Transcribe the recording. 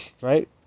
right